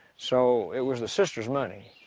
so it was the sisters money.